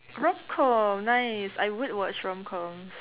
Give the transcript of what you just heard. rom-com nice I would watch rom-com